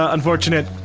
ah unfortunate.